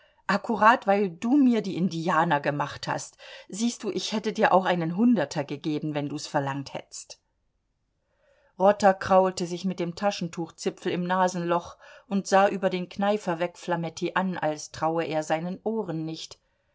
akkurat weil du mir die indianer gemacht hast siehst du ich hätte dir auch einen hunderter gegeben wenn du's verlangt hätt'st rotter kraulte sich mit dem taschentuchzipfel im nasenloch und sah über den kneifer weg flametti an als traue er seinen ohren nicht